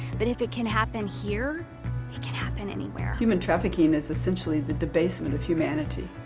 but if it can happen here it can happen anywhere. human trafficking is essentially the debasement of humanity.